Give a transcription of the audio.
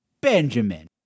Benjamin